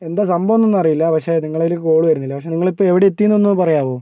എന്താ സംഭവം എന്നൊന്നും അറിയില്ല പക്ഷേ നിങ്ങളുടെയിലേക്ക് കോൾ വരുന്നില്ല നിങ്ങൾ ഇപ്പോൾ എവിടെ എത്തി എന്നൊന്ന് പറയാമോ